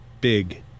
big